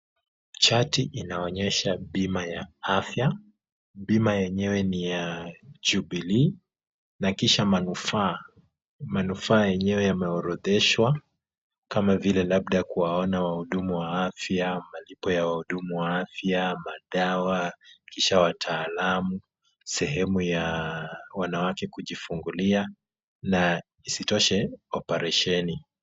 Chati inaonyesha bima ya afya. Bima yenyewe ni ya jubilee na kisha manufaa yenyewe yameorodheshwa kama vile labda kuwaona wahudumu wa afya, malipo ya wahudumu wa afya, madawa kisha wataalamu, sehemu ya wanawake kujifungulia na isitoshe oparesheni.